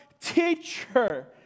Teacher